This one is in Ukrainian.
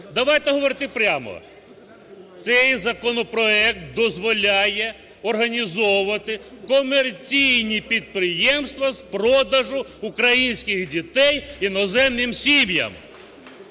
Давайте говорити прямо, цей законопроект дозволяє організовувати комерційні підприємства з продажу українських дітей іноземним сім'ям.